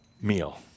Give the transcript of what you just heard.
meal